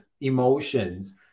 emotions